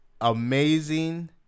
amazing